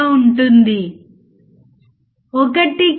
output యొక్క amplitude ని మార్చండి